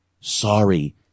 Sorry